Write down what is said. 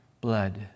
blood